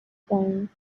stones